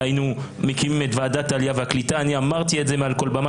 אלא היינו מקימים את ועדת העלייה והקליטה\ אני אמרתי את זה מעל כל במה.